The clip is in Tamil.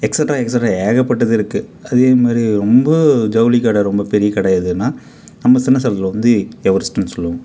எக்ஸட்ரா எக்ஸட்ரா ஏகப்பட்டது இருக்கு அதேமாதிரி ரொம்ப ஜவுளிக்கடை ரொம்ப பெரிய கடை எதுன்னா நம்ம சின்ன சேலத்தில் வந்து எவரெஸ்ட்ன்னு சொல்லுவோம்